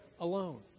alone